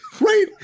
Right